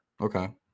Okay